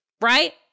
right